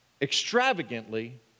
extravagantly